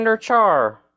Char